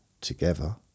together